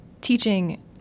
teaching